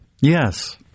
yes